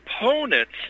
opponents